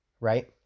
right